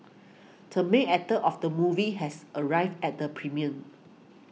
term main actor of the movie has arrived at the premiere